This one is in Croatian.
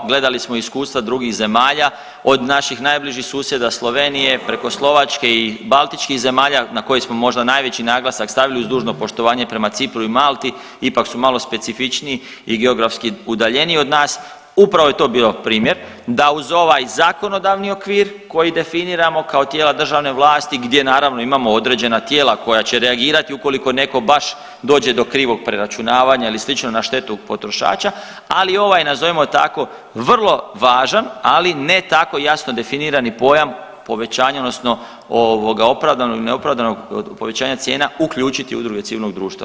Gledali smo iskustva drugih zemalja od naših najbližih susjeda Slovenije preko Slovačke i baltičkih zemalja na koje smo možda najveći naglasak stavili uz dužno poštovanje prema Cipru i Malti, ipak su malo specifičniji i geografski udaljeniji od nas, upravo je to bio primjer da uz ovaj zakonodavni okvir koji definiramo kao tijela državne vlasti gdje naravno imamo određena tijela koja će reagirati ukoliko neko baš dođe do krivog preračunavanja ili slično na štetu potrošača, ali i ovaj nazovimo tako vrlo važan, ali ne tako jasno definirani pojam povećanja odnosno opravdanog ili neopravdanog povećanja cijena uključiti udruge civilnog društva.